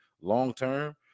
long-term